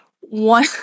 one